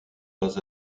pas